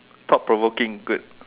thought provoking good